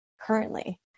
currently